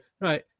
right